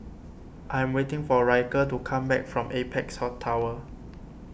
I am waiting for Ryker to come back from Apex Tower